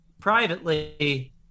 privately